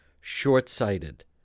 short-sighted